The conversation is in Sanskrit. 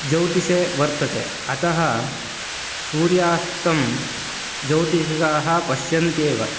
ज्यौतिषे वर्तते अतः सूर्यास्तं ज्यौतिषकाः पश्यन्त्येव